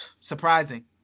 Surprising